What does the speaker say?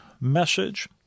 message